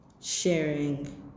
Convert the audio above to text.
sharing